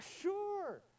sure